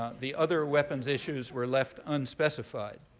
ah the other weapons issues were left unspecified.